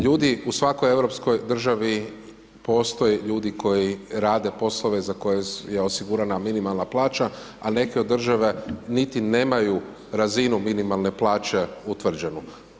Ljudi u svakoj europskoj državi, postoje ljudi koji rade poslove za koje je osigurana minimalna plaća, a neke od države, niti nemaju razinu minimalne plaće utvrđenu.